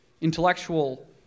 intellectual